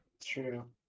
True